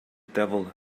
devil